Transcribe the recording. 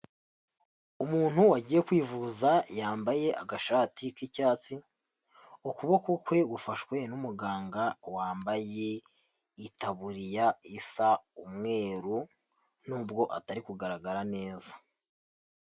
Umuntu wagiye kwivuza yambaye agashati k'icyatsi, ukuboko kwe gufashwe n'umuganga wambaye itaburiya isa umweru n'ubwo atari kugaragara neza.